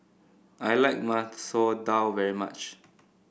I like Masoor Dal very much